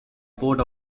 board